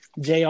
JR